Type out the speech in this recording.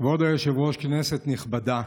כבוד היושב-ראש, כנסת נכבדה,